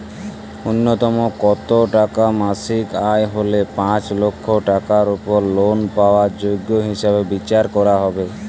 ন্যুনতম কত টাকা মাসিক আয় হলে পাঁচ লক্ষ টাকার উপর লোন পাওয়ার যোগ্য হিসেবে বিচার করা হবে?